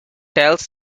tells